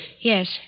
Yes